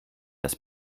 das